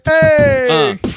Hey